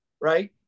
right